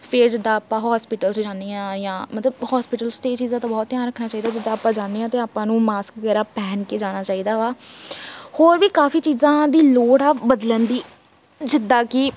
ਫਿਰ ਜਿੱਦਾਂ ਆਪਾਂ ਹੋਸਪਿਟਲ 'ਚ ਜਾਂਦੇ ਹਾਂ ਜਾਂ ਮਤਲਬ ਹੋਸਪਿਟਲ 'ਚ ਅਤੇ ਇਹ ਚੀਜ਼ਾਂ ਤਾਂ ਬਹੁਤ ਧਿਆਨ ਰੱਖਣਾ ਚਾਹੀਦਾ ਜਿੱਦਾਂ ਆਪਾਂ ਜਾਂਦੇ ਹਾਂ ਅਤੇ ਆਪਾਂ ਨੂੰ ਮਾਸਕ ਵਗੈਰਾ ਪਹਿਨ ਕੇ ਜਾਣਾ ਚਾਹੀਦਾ ਵਾ ਹੋਰ ਵੀ ਕਾਫੀ ਚੀਜ਼ਾਂ ਦੀ ਲੋੜ ਆ ਬਦਲਣ ਦੀ ਜਿੱਦਾਂ ਕਿ